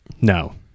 no